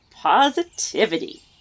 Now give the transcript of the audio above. positivity